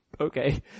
Okay